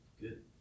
Good